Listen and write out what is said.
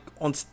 on